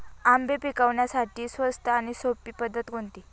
आंबे पिकवण्यासाठी स्वस्त आणि सोपी पद्धत कोणती?